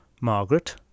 Margaret